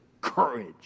courage